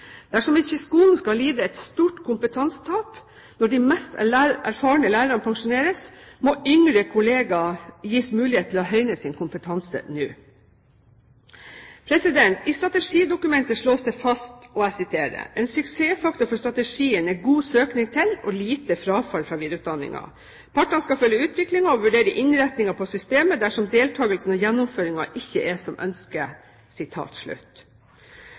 Dersom ikke skolen skal lide et stort kompetansetap når de mest erfarne lærerne pensjoneres, må yngre kolleger gis mulighet til å høyne sin kompetanse nå. I strategidokumentet slås det fast: «En suksessfaktor for strategien er god søkning til og lite frafall fra videreutdanningen. Partene skal følge utviklingen og vurdere innretningen på systemet dersom deltakelsen og gjennomføringen ikke er som